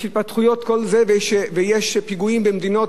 יש התפתחויות ויש פיגועים במדינות